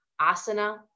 asana